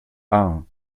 ahun